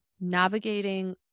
navigating